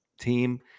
team